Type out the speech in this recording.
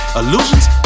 illusions